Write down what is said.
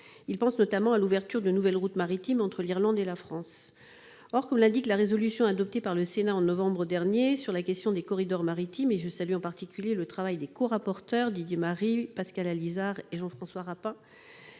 Ils pensent notamment à l'ouverture de nouvelles routes maritimes entre l'Irlande et la France. Or, comme l'indique la résolution adoptée par le Sénat en novembre dernier sur la question des corridors maritimes -je salue à cet égard le travail des corapporteurs, Didier Marie, Pascal Allizard et Jean-François Rapin